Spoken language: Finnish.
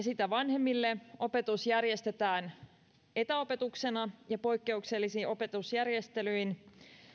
sitä vanhemmille opetus järjestetään etäopetuksena ja poikkeuksellisin opetusjärjestelyin